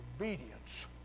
obedience